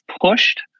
pushed